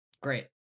Great